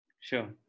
Sure